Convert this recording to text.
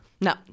No